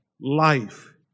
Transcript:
life